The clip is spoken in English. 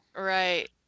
Right